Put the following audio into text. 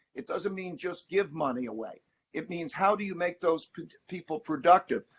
it doesn't mean just give money away. it means, how do you make those people productive,